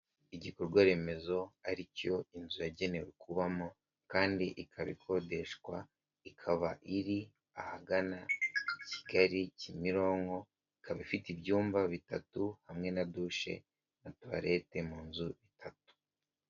Igikorwa remezo ari cyo inzu yagenewe kubamo kandi ikaba ikodeshwa, ikaba iri ahagana Kigali Kimironko, ikaba ifite ibyumba bitatu hamwe na dushe na tuwarete mu nzu eshatu.